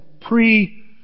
pre